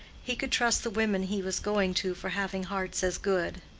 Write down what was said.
he could trust the women he was going to for having hearts as good.